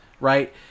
right